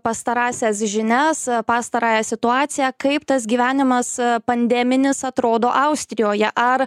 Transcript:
pastarąsias žinias pastarąją situaciją kaip tas gyvenimas pandeminis atrodo austrijoje ar